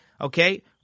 Okay